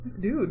Dude